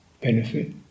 benefit